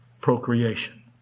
procreation